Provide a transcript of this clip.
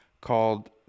called